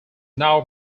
now